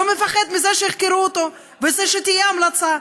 לא מפחד מזה שיחקרו אותו ותהיה המלצה,